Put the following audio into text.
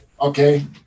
okay